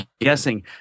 guessing